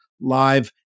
live